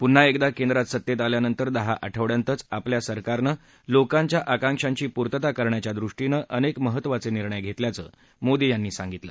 पुन्हा एकदा केंद्रात सत्तेत आल्यानंतर दहा आठवडयांतच आपल्या सरकारनं लोकांच्या आकांक्षाची पूर्तता करण्याच्या दृष्टीनं अनेक महत्त्वाचे निर्णय घेतल्याचं मोदी यांनी सांगितलं